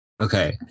Okay